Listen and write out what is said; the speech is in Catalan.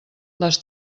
les